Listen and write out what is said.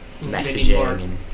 messaging